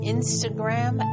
Instagram